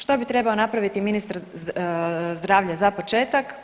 Što bi trebao napraviti ministar zdravlja za početak?